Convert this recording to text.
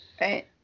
right